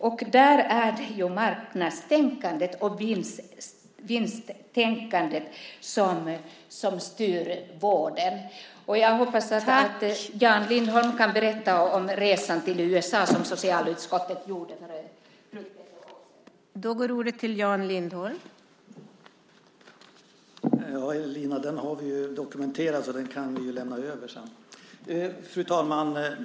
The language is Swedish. Där är det ju marknads och vinsttänkandet som styr. Jag hoppas att Jan Lindholm kan berätta om den resa till USA som socialutskottet gjorde för drygt ett år sedan.